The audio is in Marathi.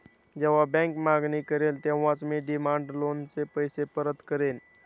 जेव्हा बँक मागणी करेल तेव्हाच मी डिमांड लोनचे पैसे परत करेन